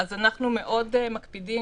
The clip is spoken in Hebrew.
אנחנו מאוד מקפידים,